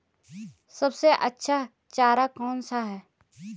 सबसे अच्छा चारा कौन सा है?